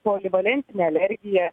polivalentinę alergiją